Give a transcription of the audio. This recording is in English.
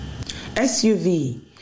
SUV